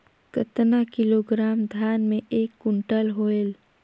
कतना किलोग्राम धान मे एक कुंटल होयल?